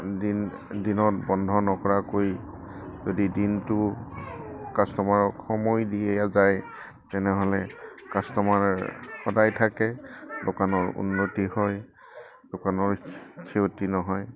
দিন দিনত বন্ধ নকৰাকৈ যদি দিনটো কাষ্টমাৰক সময় দিয়ে যায় তেনেহ'লে কাষ্টমাৰ সদায় থাকে দোকানৰ উন্নতি হয় দোকানৰ ক্ষতি নহয়